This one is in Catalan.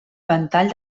ventall